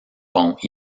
pont